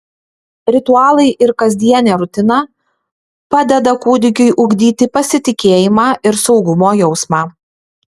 ritualai ir kasdienė rutina padeda kūdikiui ugdyti pasitikėjimą ir saugumo jausmą